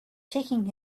taking